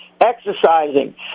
exercising